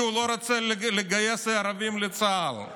כי הוא לא רוצה לגייס ערבים לצה"ל.